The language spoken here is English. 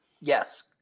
Yes